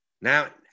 Now